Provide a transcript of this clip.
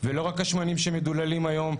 ולא רק השמנים שמדוללים היום,